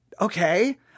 okay